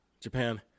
Japan